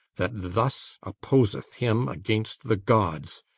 that thus opposeth him against the gods,